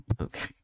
Okay